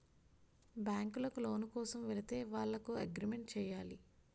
బ్యాంకులకు లోను కోసం వెళితే వాళ్లకు మనం అగ్రిమెంట్ చేయాలి